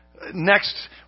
Next